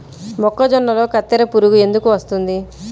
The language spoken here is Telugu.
మొక్కజొన్నలో కత్తెర పురుగు ఎందుకు వస్తుంది?